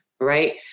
Right